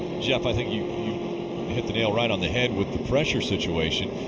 jeff, i think you hit the nail right on the head with the pressure situation.